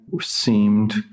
seemed